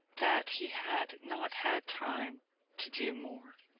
that he had not had time to do more.